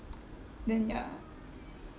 then ya